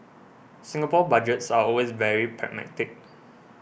Singapore Budgets are always very pragmatic